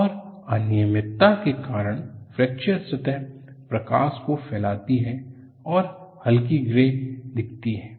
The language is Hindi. और अनियमितता के कारण फ्रैक्चर सतह प्रकाश को फैलाती है और हल्की ग्रे दिखती है